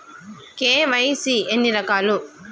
KYC ఎన్ని రకాలు?